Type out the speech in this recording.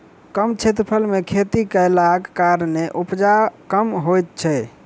कम क्षेत्रफल मे खेती कयलाक कारणेँ उपजा कम होइत छै